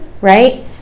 right